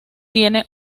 tiene